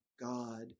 God